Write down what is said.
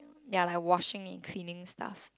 ya like washing and cleaning stuff